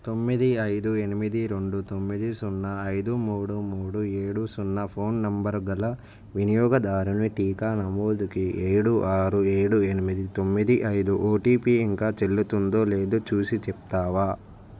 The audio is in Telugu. తొమ్మిది ఐదు ఎనిమిది రెండు తొమ్మిది సున్నా ఐదు మూడు మూడు ఏడు సున్నా ఫోన్ నెంబర్ గల వినియోగదారుని టీకా నమోదుకి ఏడు ఆరు ఏడు ఎనిమిది తొమ్మిది ఐదు ఓటీపీ ఇంకా చెల్లుతుందో లేదో చూసి చెప్తావా